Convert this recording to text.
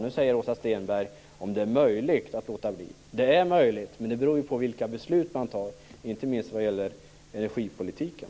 Nu undrar Åsa Stenberg om det är möjligt att låta bli. Det är möjligt, men det beror på vilka beslut man fattar inte minst vad det gäller energipolitiken.